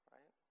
Right